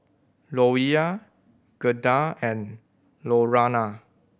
Louella Gerda and Lurana